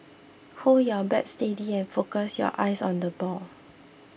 hold your bat steady and focus your eyes on the ball